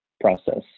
process